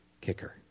kicker